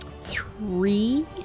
Three